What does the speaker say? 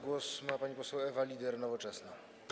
Głos ma pani poseł Ewa Lieder, Nowoczesna.